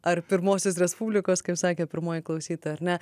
ar pirmosios respublikos kaip sakė pirmoji klausytoja ar ne